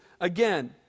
again